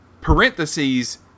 Parentheses